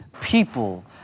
people